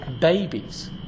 babies